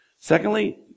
Secondly